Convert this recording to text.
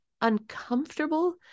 uncomfortable